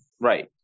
Right